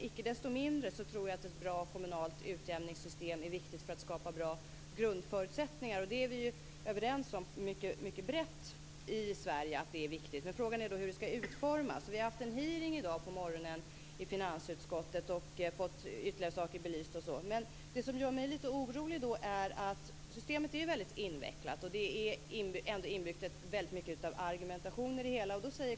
Icke desto mindre tror jag att ett bra kommunalt utjämningssystem är viktigt för att skapa bra grundförutsättningar. Vi har ju i Sverige en mycket bred enighet om att det är viktigt. Men frågan är hur det skall utformas. Vi har i dag på morgonen haft en hearing i finansutskottet, och vi har fått ytterligare saker belysta. Det som gör mig lite orolig är att systemet är väldigt invecklat, och det är ändå inbyggt mycket av argumentation i det hela.